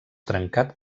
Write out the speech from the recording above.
trencat